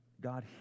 God